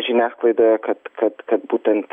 žiniasklaidoje kad kad būtent